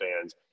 fans